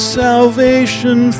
salvation